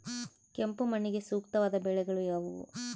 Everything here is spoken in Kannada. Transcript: ಕೆಂಪು ಮಣ್ಣಿಗೆ ಸೂಕ್ತವಾದ ಬೆಳೆಗಳು ಯಾವುವು?